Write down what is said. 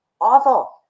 awful